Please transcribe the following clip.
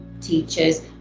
teachers